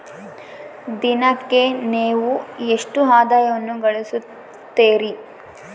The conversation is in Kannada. ದಿನಕ್ಕೆ ನೇವು ಎಷ್ಟು ಆದಾಯವನ್ನು ಗಳಿಸುತ್ತೇರಿ?